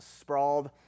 sprawled